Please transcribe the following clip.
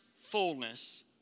fullness